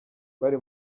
bari